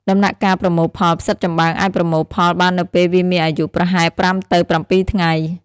ដំណាក់កាលប្រមូលផលផ្សិតចំបើងអាចប្រមូលផលបាននៅពេលវាមានអាយុប្រហែល ៥ ទៅ ៧ ថ្ងៃ។